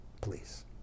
please